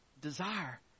desire